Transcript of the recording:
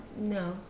No